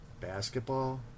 basketball